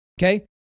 okay